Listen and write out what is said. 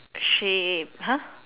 shape !huh!